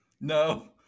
No